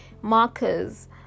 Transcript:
markers